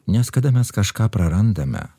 nes kada mes kažką prarandame